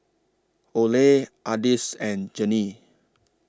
Ole Ardis and Jeannie